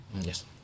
Yes